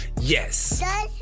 Yes